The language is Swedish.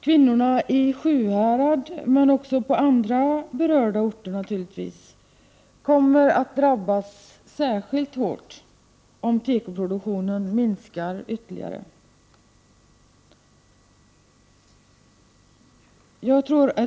Kvinnorna i Sjuhäradsbygden, men också på andra ställen, kommer att drabbas särskilt hårt om tekoproduktionen minskar ytterligare.